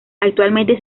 actualmente